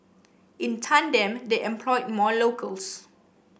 in tandem they employed more locals